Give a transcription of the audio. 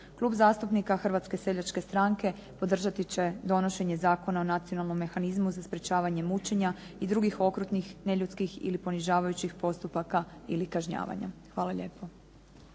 Klub zastupnika HSS-a podržati će donošenje Zakona o nacionalnom mehanizmu za sprečavanje mučenja i drugih okrutnih, neljudskih ili ponižavajućih postupaka ili kažnjavanja. Hvala lijepo.